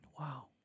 Wow